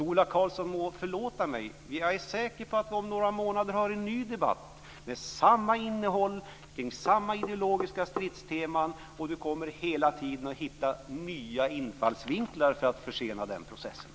Ola Karlsson må förlåta mig, men jag är säker på att vi om några månader har en ny debatt med samma innehåll och kring samma ideologiska stridsteman och att Ola Karlsson hela tiden kommer att hitta nya infallsvinklar för att försena processen.